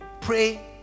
pray